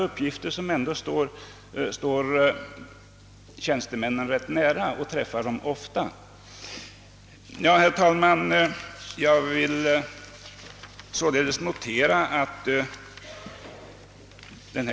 Jag, som ändå står tjänstemännen rätt nära och träffar dem ofta, har inte kunnat få sådana uppgifter. Herr talman!